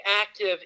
active